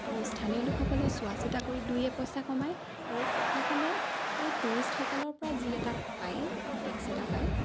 তো স্থানীয় লোকসকলে চোৱা চিতা কৰি দুই পইচা কমায় আৰু প্ৰশাসনে সেই টুৰিষ্টসকলৰপৰা যি এটা পায় টেক্স এটা পায়